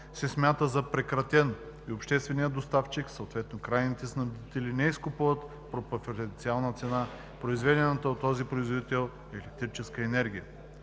се смята за прекратен и общественият доставчик, съответно крайните снабдители не изкупуват по преференциална цена произведената от този производител електрическа енергия.